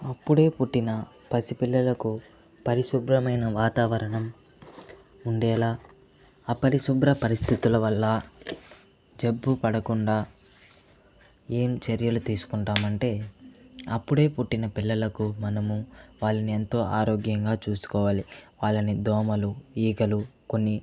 అప్పుడే పుట్టిన పసిపిల్లలకు పరిశుభ్రమైన వాతావరణం ఉండేలా అపరిశుభ్ర పరిస్థితుల వల్ల జబ్బు పడకుండా ఏం చర్యలు తీసుకుంటామంటే అప్పుడే పుట్టిన పిల్లలకు మనము వాళ్ళని ఎంతో ఆరోగ్యంగా చూసుకోవాలి వాళ్ళని దోమలు ఈగలు కొన్ని